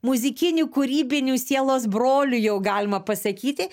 muzikiniu kūrybiniu sielos broliu jau galima pasakyti